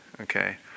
okay